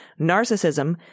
narcissism